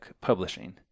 publishing